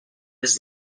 his